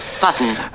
Button